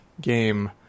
game